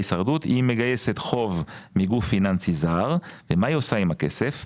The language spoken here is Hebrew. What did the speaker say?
היא מגייסת חוב מגוף פיננסי זר ומה היא עושה עם הכסף?